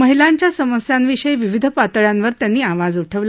महिलांच्या समस्यांविषयी विविध पातळ्यांवर त्यांनी आवाज उठवला